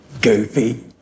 Goofy